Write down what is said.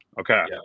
Okay